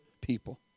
people